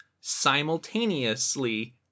simultaneously